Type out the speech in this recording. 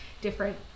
different